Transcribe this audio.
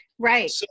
Right